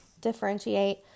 differentiate